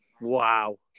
Wow